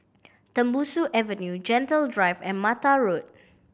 Tembusu Avenue Gentle Drive and Mata Road